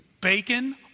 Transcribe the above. bacon